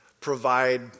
provide